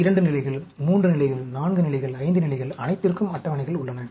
2 நிலைகள் 3 நிலைகள் 4 நிலைகள் 5 நிலைகள் அனைத்திற்கும் அட்டவணைகள் உள்ளன